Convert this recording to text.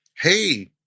hey